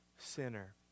Sinner